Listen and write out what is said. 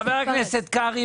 חבר הכנסת קרעי,